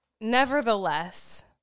nevertheless